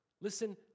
Listen